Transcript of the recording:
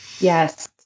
Yes